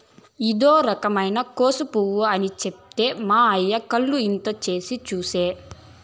ఇదో రకమైన కోసు పువ్వు అని చెప్తే మా అయ్య కళ్ళు ఇంత చేసి చూసే